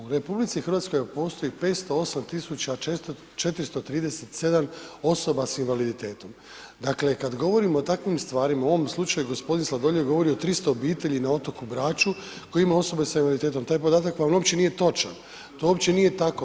U RH vam postoji 508.437 osoba s invaliditetom, dakle kad govorimo o takvim stvarima u ovom slučaju gospodin Sladoljev govori o 300 obitelji na otoku Braču koji ima osobe s invaliditetom, taj podatak vam uopće nije točan, to uopće nije tako.